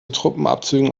truppenabzügen